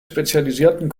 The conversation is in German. spezialisierten